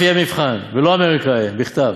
בסוף יהיה מבחן, ולא אמריקאי, בכתב.